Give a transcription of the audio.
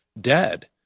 dead